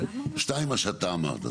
שתיים מה שאתה אמרת,